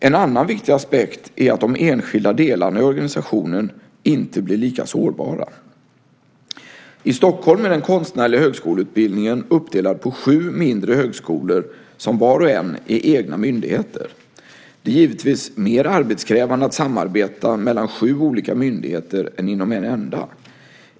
En annan viktig aspekt är att de enskilda delarna i organisationen inte blir lika sårbara. I Stockholm är den konstnärliga högskoleutbildningen uppdelad på sju mindre högskolor som var och en är egna myndigheter. Det är givetvis mer arbetskrävande att samarbeta mellan sju olika myndigheter än inom en enda.